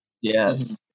Yes